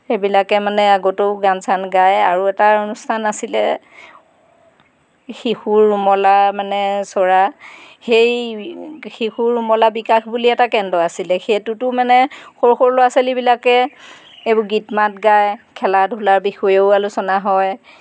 সেইবিলাকে মানে আগতেও গান চান গায় আৰু এটা অনুষ্ঠান আছিলে শিশুৰ উমলা মানে চ'ৰা সেই শিশুৰ উমলা বিকাশ বুলি এটা কেন্দ্ৰ আছিলে সেইটোতো মানে সৰু সৰু ল'ৰা ছোৱালীবিলাকে এইবোৰ গীত মাত গায় খেলা ধূলাৰ বিষয়েও আলোচনা হয়